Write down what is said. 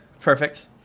Perfect